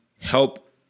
help